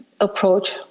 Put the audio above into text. approach